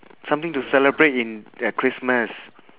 something to celebrate in at christmas